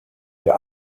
der